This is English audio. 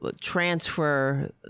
transfer